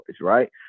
right